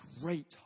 great